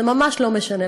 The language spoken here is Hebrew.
זה ממש לא משנה.